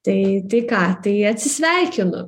taip tai ką tai atsisveikinu